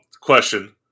question